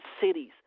cities